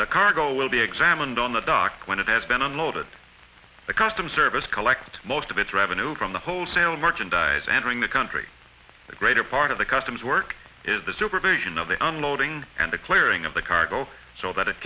the cargo will be examined on the dock when it has been unloaded the customs service collect most of its revenue from the wholesale merchandise entering the country the greater part of the customs work is the supervision of the unloading and the clearing of the cargo so that it